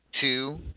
two